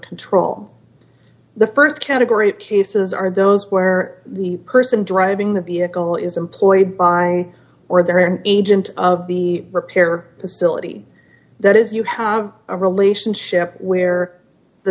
control the st category of cases are those where the person driving the vehicle is employed by or they're an agent of the repair facility that is you have a relationship where the